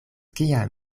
kiam